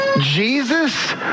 Jesus